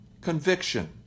conviction